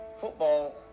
Football